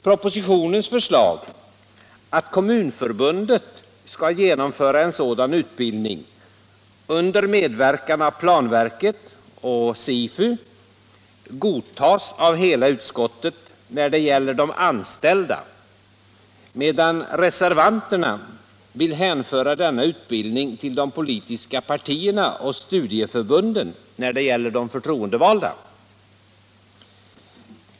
Propositionens förslag att Kommunförbundet skall genomföra en sådan utbildning under medverkan av planverket och SIFU godtas av hela utskottet när det gäller de anställda, medan reservanterna vill lägga denna utbildning på de politiska partierna och studieförbunden när det gäller de förtroendevalda.